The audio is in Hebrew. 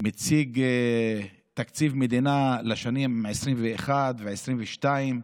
מציג תקציב מדינה לשנים 2021 ו-2022,